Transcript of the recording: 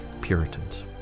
Puritans